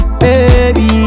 baby